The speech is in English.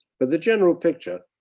but the general picture,